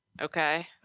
Okay